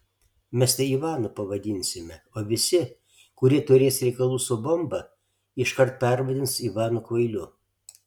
mes tai ivanu pavadinsime o visi kurie turės reikalų su bomba iškart pervadins ivanu kvailiu